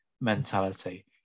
mentality